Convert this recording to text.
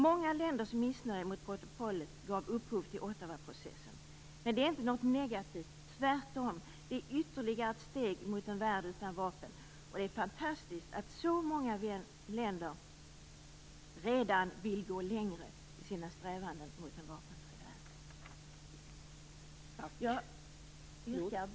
Många länders missnöje med protokollet gav upphov till Ottawaprocessen, och det är inte något negativt. Tvärtom är det ett ytterligare steg mot en värld utan vapen, och det är fantastiskt att så många länder redan vill gå längre i sina strävanden mot en vapenfri värld.